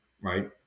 right